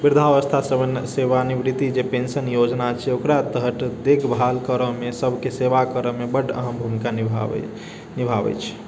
वृद्धावस्था सेवानिवृति जे पेन्शन योजना छै ओकरा तहत देखभाल करैमे सबके सेवा करैमे बड्ड अहम् भूमिका निभावै छै